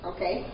Okay